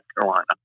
Carolina